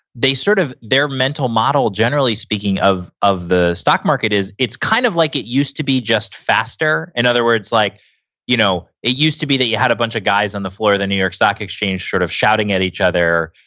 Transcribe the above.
sort of their mental model, generally speaking, of of the stock market is it's kind of like it used to be, just faster. in other words, like you know it used to be that you had a bunch of guys on the floor of the new york stock exchange sort of shouting at each other,